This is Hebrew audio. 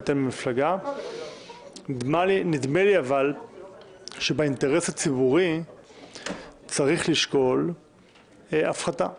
אבל נדמה לי שבאינטרס הציבורי צריך לשקול הפחתה מסוימת.